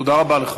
תודה רבה לך.